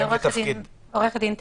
בבקשה.